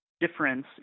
difference